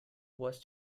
was